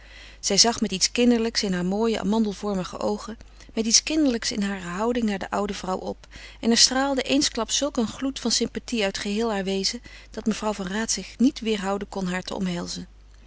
zij zag met iets kinderlijks in hare mooie amandelvormige oogen met iets kinderlijks in hare houding naar de oude vrouw op en er straalde eensklaps zulk een gloed van sympathie uit geheel haar wezen dat mevrouw van raat zich niet weêrhouden kon haar te omhelzen